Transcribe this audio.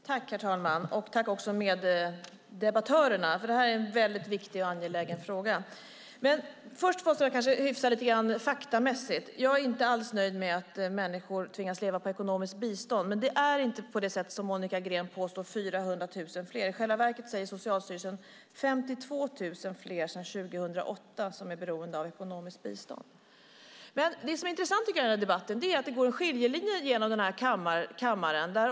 Herr talman! Jag vill tacka mina meddebattörer. Det som här tas upp är en väldigt viktig och angelägen fråga. Först måste det kanske lite grann hyfsas till faktamässigt. Jag är inte alls nöjd med att människor tvingas leva på ekonomiskt bistånd. Men det är inte så som Monica Green påstår, att det nu rör sig om 400 000 fler. I själva verket säger Socialstyrelsen att det är 52 000 fler än år 2008 som nu är beroende av ekonomiskt bistånd. Det jag tycker är intressant i den här debatten är att det går en skiljelinje i denna kammare.